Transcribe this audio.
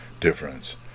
difference